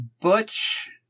Butch